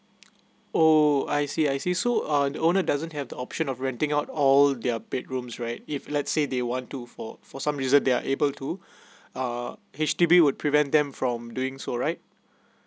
oh I see I see so are the owner doesn't have the option of renting out all their bedrooms right if let's say they want to for for some reason they're able to uh H_D_B would prevent them from doing so right